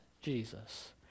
Jesus